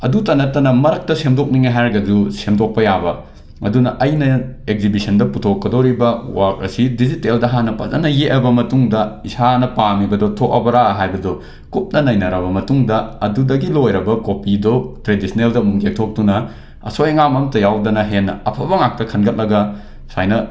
ꯑꯗꯨꯇ ꯅꯇꯅ ꯃꯔꯛꯇ ꯁꯦꯝꯗꯣꯛꯅꯤꯡꯏ ꯍꯥꯏꯔꯒꯁꯨ ꯁꯦꯝꯗꯣꯛꯄ ꯌꯥꯕ ꯃꯗꯨꯅ ꯑꯩꯅ ꯑꯦꯛꯖꯤꯕꯤꯁꯟꯗ ꯄꯨꯊꯣꯛꯀꯗꯧꯔꯤꯕ ꯋꯥꯔꯛ ꯑꯁꯤ ꯗꯤꯖꯤꯇꯦꯜꯗ ꯍꯥꯟꯅ ꯐꯖꯅ ꯌꯦꯛꯂꯕ ꯃꯇꯨꯡꯗ ꯏꯁꯥꯅ ꯄꯥꯝꯃꯤꯕꯗꯨ ꯊꯣꯛꯂꯕ꯭ꯔꯥ ꯍꯥꯏꯕꯗꯨ ꯀꯨꯞꯅ ꯅꯩꯅꯔꯕ ꯃꯇꯨꯡꯗ ꯑꯗꯨꯗꯒꯤ ꯂꯣꯏꯔꯕ ꯀꯣꯄꯤꯗꯣ ꯇ꯭ꯔꯦꯗꯤꯁ꯭ꯅꯦꯜꯗ ꯑꯃꯨꯛ ꯌꯦꯛꯊꯣꯛꯇꯨꯅ ꯑꯁꯣꯏ ꯑꯉꯥꯝ ꯑꯝꯇ ꯌꯥꯎꯗꯅ ꯍꯦꯟꯅ ꯑꯐꯕ ꯉꯥꯛꯇ ꯈꯟꯒꯠꯂꯒ ꯁꯨꯃꯥꯏꯅ